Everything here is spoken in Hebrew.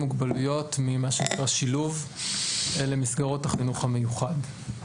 מוגבלויות ממה שנקרא 'שילוב' למסגרות החינוך המיוחד.